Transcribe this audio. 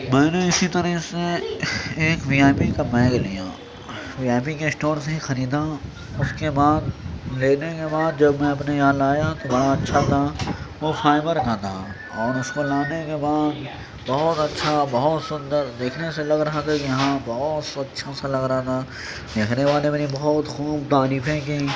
میں نے اسی طرح سے ایک میامی کا بیگ لیا میامی کے اسٹور سے ہی خریدا اس کے بعد لینے کے بعد جب میں اپنے یہاں لایا تو بڑا اچھا تھا وہ فائبر کا تھا اور اس کو لانے کے بعد بہت اچھا بہت سندر دیکھنے سے لگ رہا تھا کہ ہاں بہت اچھا سا لگ رہا تھا دیکھنے والے میری بہت خوب تعریفیں کیں